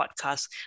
podcast